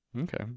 Okay